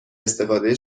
استفاده